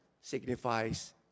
signifies